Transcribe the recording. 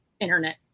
internet